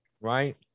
right